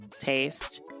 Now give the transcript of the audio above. taste